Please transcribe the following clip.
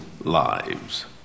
lives